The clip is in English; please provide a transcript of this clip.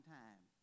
time